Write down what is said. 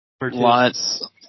Lots